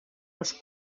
els